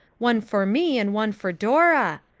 one for me and one for dora.